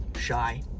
shy